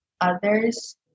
others